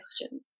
question